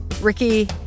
Ricky